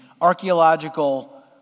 archaeological